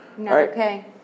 Okay